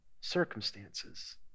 circumstances